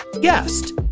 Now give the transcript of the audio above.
guest